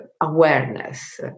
awareness